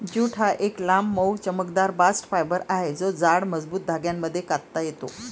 jute हा एक लांब, मऊ, चमकदार बास्ट फायबर आहे जो जाड, मजबूत धाग्यांमध्ये कातता येतो